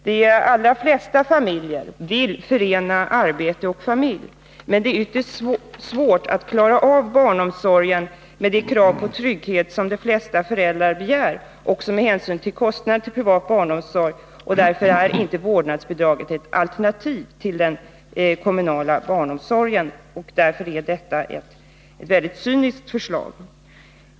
De allra flesta familjer vill förena arbete och familj, men det är ytterst svårt att klara av barnomsorgen med de krav på trygghet som de flesta föräldrar ställer, också med hänsyn till kostnaden för privat barnomsorg, och därför är inte vårdnadsbidrag ett alternativ till den kommunala barnomsorgen. Detta är alltså ett väldigt cyniskt förslag.